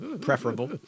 preferable